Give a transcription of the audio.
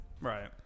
Right